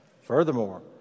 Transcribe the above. Furthermore